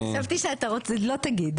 חשבתי שלא תגיד.